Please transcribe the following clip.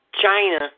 China